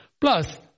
Plus